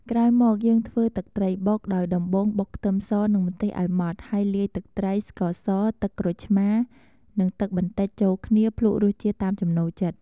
ក្រោយមក យើងធ្វើទឹកត្រីបុកដោយ ដំបូងបុកខ្ទឹមសនិងម្ទេសឱ្យម៉ដ្ឋ ហើយលាយទឹកត្រី ស្ករស ទឹកក្រូចឆ្មារ និងទឹកបន្តិចចូលគ្នា ភ្លក្សរសជាតិតាមចំណូលចិត្ត។